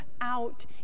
out